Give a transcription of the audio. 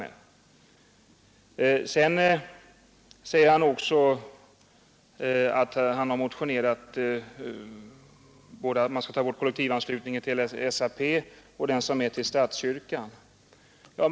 Herr Sjöholm säger också att han har motionerat om att man skall ta bort kollektivanslutningen till SAP och till statskyrkan.